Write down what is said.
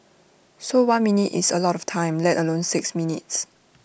so one minute is A lot of time let alone six minutes